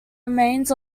remains